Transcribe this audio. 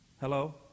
Hello